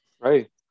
Right